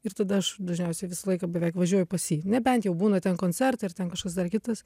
ir tada aš dažniausiai visą laiką beveik važiuoju pas jį nebent jau būna ten koncertai ar ten kažkas dar kitas